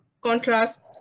contrast